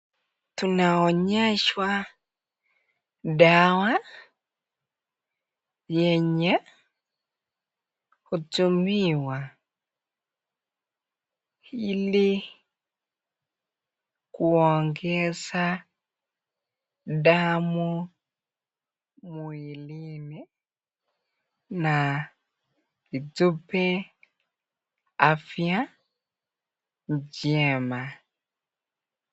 Tunaoneshwa dawa yenye kutumiwa ili kuongeza damu mwilini na itupe afya njema.